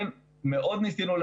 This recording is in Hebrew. מאוד ניסינו.